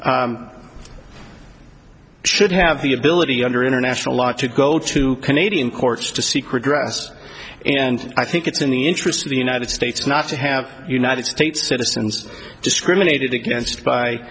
should have the ability under international law to go to canadian courts to seek redress and i think it's in the interests of the united states not to have united states citizens discriminated against